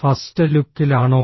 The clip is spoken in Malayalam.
ഫസ്റ്റ് ലുക്കിലാണോ